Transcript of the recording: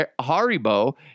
Haribo